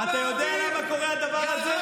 אתה יודע למה הדבר הזה קרה?